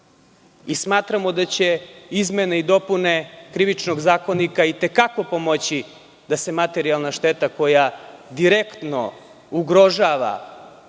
i smatramo da će izmene i dopune Krivičnog zakonika i te kako pomoći da se materijalna šteta koja direktno ugrožava